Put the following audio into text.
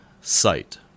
site